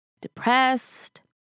depressed